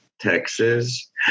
Texas